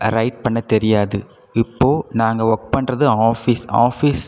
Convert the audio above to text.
right பண்ண தெரியாது இப்போ நாங்கள் ஒர்க் பண்ணுறது ஆஃபீஸ் ஆஃபீஸ்